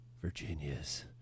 Virginia's